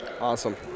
awesome